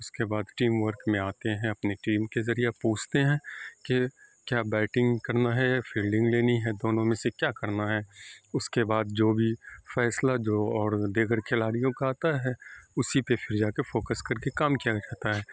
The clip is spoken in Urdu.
اس کے بعد ٹیم ورک میں آتے ہیں اپنی ٹیم کے ذریعے پوچھتے ہیں کہ کیا بیٹنگ کرنا ہے یا فیلڈنگ لینی ہے دونوں میں سے کیا کرنا ہے اس کے بعد جو بھی فیصلہ جو اور دیگر کھلاڑیوں کا آتا ہے اسی پہ پھر جا کے فوکس کر کے کام کیا جاتا ہے